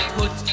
put